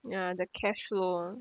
ya the cash lor